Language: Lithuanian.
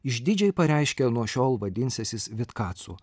išdidžiai pareiškia nuo šiol vadinsiąsis vitkacu